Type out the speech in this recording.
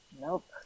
Nope